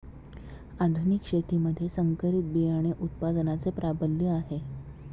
आधुनिक शेतीमध्ये संकरित बियाणे उत्पादनाचे प्राबल्य आहे